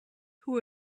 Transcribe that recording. who